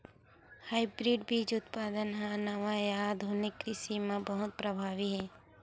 hybrid बीज उत्पादन हा नवा या आधुनिक कृषि मा बहुत प्रभावी हे